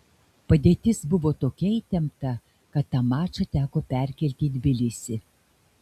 padėtis buvo tokia įtempta kad tą mačą teko perkelti į tbilisį